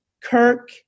Kirk